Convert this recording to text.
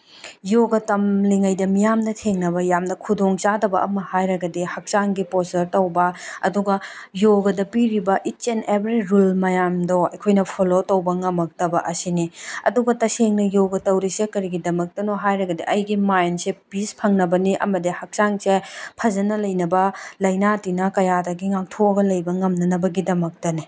ꯌꯣꯒ ꯇꯝꯂꯤꯉꯩꯗ ꯃꯤꯌꯥꯝꯅ ꯊꯦꯡꯅꯕ ꯌꯥꯝꯅ ꯈꯨꯗꯣꯡ ꯆꯥꯗꯕ ꯑꯃ ꯍꯥꯏꯔꯒꯗꯤ ꯍꯛꯆꯥꯡꯒꯤ ꯄꯣꯁꯇꯔ ꯇꯧꯕ ꯑꯗꯨꯒ ꯌꯣꯒꯗ ꯄꯤꯔꯤꯕ ꯏꯠꯁ ꯑꯦꯟꯗ ꯑꯦꯚꯔꯤ ꯔꯨꯜ ꯃꯌꯥꯝꯗꯣ ꯑꯩꯈꯣꯏꯅ ꯐꯣꯂꯣ ꯇꯧꯕ ꯉꯝꯃꯛꯇꯕ ꯑꯁꯤꯅꯤ ꯑꯗꯨꯒ ꯇꯁꯦꯡꯅ ꯌꯣꯒ ꯇꯧꯔꯤꯁꯦ ꯀꯔꯤꯒꯤꯗꯃꯛꯇꯅꯣ ꯍꯥꯏꯔꯒꯗꯤ ꯑꯩꯒꯤ ꯃꯥꯏꯟꯗꯁꯦ ꯄꯤꯁ ꯐꯪꯅꯕꯅꯤ ꯑꯃꯗꯤ ꯍꯛꯆꯥꯡꯁꯦ ꯐꯖꯅ ꯂꯩꯅꯕ ꯂꯥꯏꯅꯥ ꯇꯤꯅ ꯀꯌꯥꯗꯒꯤ ꯉꯥꯛꯊꯣꯛꯑꯒ ꯂꯩꯕ ꯉꯝꯅꯅꯕꯒꯤꯗꯃꯛꯇꯅꯦ